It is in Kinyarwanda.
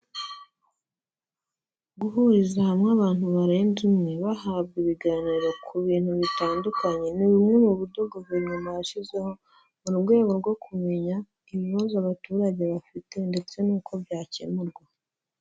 Guhuriza hamwe abantu barenze umwe, bahabwa ibiganiro ku bintu bitandukanye, ni bumwe mu buryo guverinoma yashyizeho mu rwego rwo kumenya ibibazo abaturage bafite, ndetse n'uko byakemurwa.